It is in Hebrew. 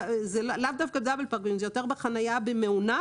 לאו דווקא דאבל חניה אלא זה יותר בחניה במאונך.